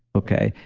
okay.